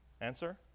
Answer